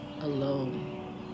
alone